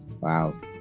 Wow